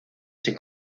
sin